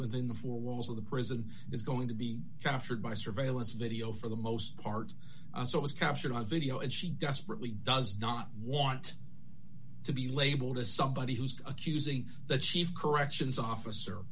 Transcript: within the four walls of the prison is going to be captured by surveillance video for the most part so it's captured on video and she desperately does not want to be labeled as somebody who's accusing the chief corrections officer